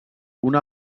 una